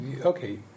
Okay